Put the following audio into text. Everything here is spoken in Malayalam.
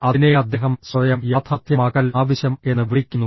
അതിനെ അദ്ദേഹം സ്വയം യാഥാർത്ഥ്യമാക്കൽ ആവശ്യം എന്ന് വിളിക്കുന്നു